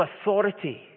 authority